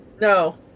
No